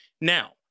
Now